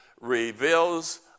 reveals